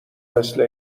مثل